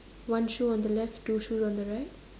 one shoe on the left two shoes on the right